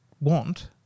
want